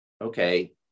okay